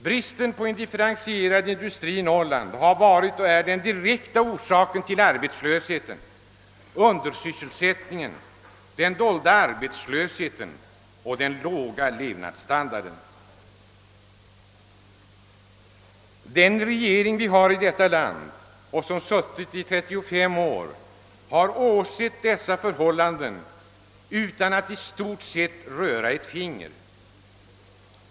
Bristen på en differentierad industri i Norrland har varit och är den direkta orsaken till arbetslösheten, undersysselsättningen, den dolda arbetslösheten och den låga levnadsstandarden. Den regering vi har i detta land och som suttit i 35 år har åsett dessa förhållanden i stort sett utan att röra ett finger.